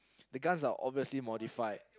the guns are obviously modified